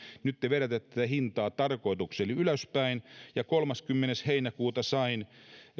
nyt te vedätätte tätä hintaa tarkoituksella ylöspäin kolmaskymmenes heinäkuuta sain